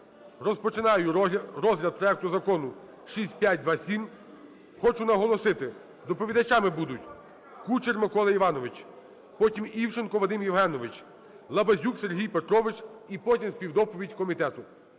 розпочинаю розгляд проекту закону 6527. Хочу наголосити, доповідачами будуть Кучер Микола Іванович, потім Івченко Вадим Євгенович, Лабазюк Сергій Петрович, і потім співдоповідь комітету.